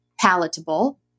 palatable